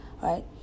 right